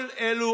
כל אלו,